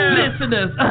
listeners